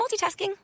multitasking